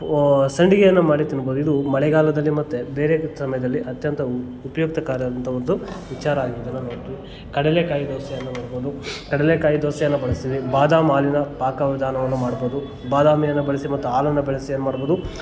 ಸಂಡಿಗೆಯನ್ನು ಮಾಡಿ ತಿನ್ಬೌದು ಇದು ಮಳೆಗಾಲದಲ್ಲಿ ಮತ್ತು ಬೇರೆ ಸಮಯದಲ್ಲಿ ಅತ್ಯಂತ ಉಪಯುಕ್ತ ಕಾರ್ಯಾದಂತ ಒಂದು ವಿಚಾರ ಆಗಿರೋದನ್ನು ನೋಡ್ತೀವಿ ಕಡಲೆಕಾಯಿ ದೋಸೆಯನ್ನು ನೋಡ್ಬೌದು ಕಡಲೆಕಾಯಿ ದೋಸೆಯನ್ನು ಬಳಸ್ತೀವಿ ಬಾದಾಮಿ ಹಾಲಿನ ಪಾಕ ವಿಧಾನವನ್ನು ಮಾಡ್ಬೋದು ಬಾದಾಮಿಯನ್ನು ಬಳಸಿ ಮತ್ತು ಹಾಲನ್ನು ಬಳಸಿ ಏನು ಮಾಡ್ಬೋದು